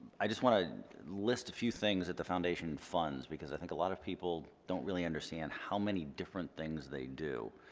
i just want to list a few things that the foundation funds, because i think a lot of people don't really understand how many different things they do,